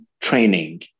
training